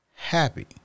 happy